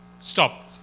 Stop